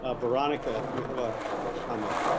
ah veronica, do you have a comment?